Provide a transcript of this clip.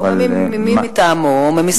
או ממי מטעמו או ממשרדו.